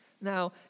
Now